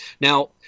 Now